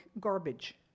garbage